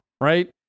right